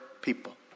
people